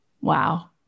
wow